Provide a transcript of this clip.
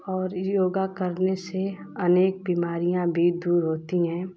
और योगा करने से अनेक बीमारियाँ भी दूर होती हैं